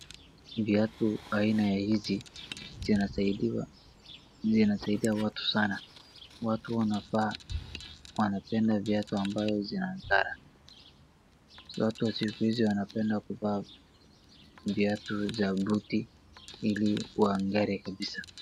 Viatu Haina ya hizi zinasaidia watu sana. watu wanavaa, wanapenda viatu ambavyo vinang'ara. Watu wa siku izi wanapenda kuvaa viatu za buti ili wang'are kabisa